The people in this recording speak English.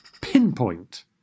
pinpoint